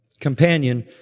companion